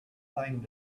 thing